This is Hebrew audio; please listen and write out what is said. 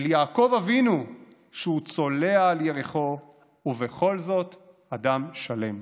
אל יעקב אבינו שהוא צולע על ירכו ובכל זאת אדם שלם".